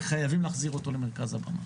וחייבים להחזיר אותו למרכז הבמה.